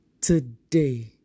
Today